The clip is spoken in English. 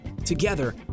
Together